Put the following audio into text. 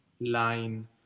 line